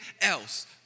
else